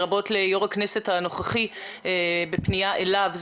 לרבות ליושב ראש הכנסת הנוכחי בפנייה אליו,